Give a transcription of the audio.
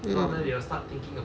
mm